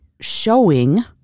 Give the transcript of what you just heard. showing